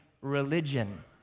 religion